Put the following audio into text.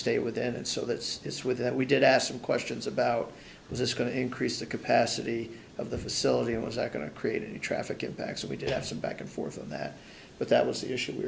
stay with it so that it's with that we did ask some questions about is this going to increase the capacity of the facility and was i going to create any traffic in back so we did have some back and forth of that but that was the issue